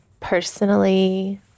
personally